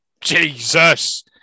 Jesus